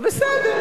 זה בסדר.